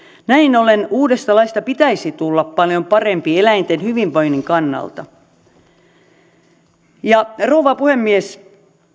näin ollen uudesta laista pitäisi tulla paljon parempi eläinten hyvinvoinnin kannalta rouva puhemies